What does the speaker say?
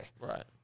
right